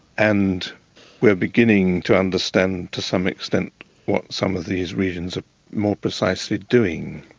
and we are beginning to understand to some extent what some of these regions are more precisely doing.